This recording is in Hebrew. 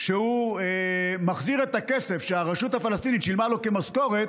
שהוא מחזיר את הכסף שהרשות הפלסטינית שילמה לו כמשכורת,